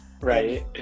Right